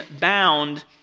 bound